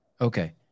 Okay